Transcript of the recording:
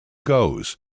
goes